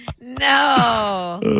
No